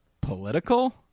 political